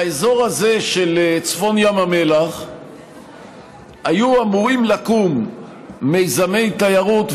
באזור הזה של צפון ים המלח היו אמורים לקום מיזמי תיירות,